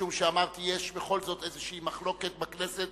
משום שאמרתי שיש בכל זאת איזו מחלוקת בכנסת